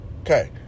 Okay